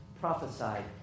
prophesied